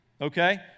okay